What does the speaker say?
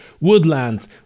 Woodland